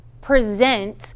present